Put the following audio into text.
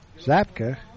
Zapka